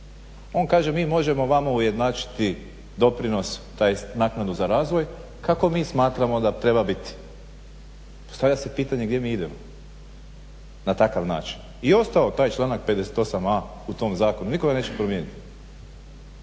On kaže mi možemo vama ujednačiti doprinos tj. naknadu za razvoj kako mi smatramo da treba biti. postavlja se pitanje gdje mi idemo na takav način. I ostao članak 58.a u tom zakonu, nitko ga neće promijeniti.